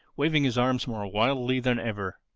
waving his arms more wildly than ever.